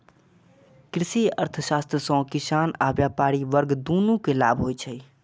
कृषि अर्थशास्त्र सं किसान आ व्यापारी वर्ग, दुनू कें लाभ होइ छै